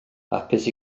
hapus